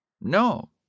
No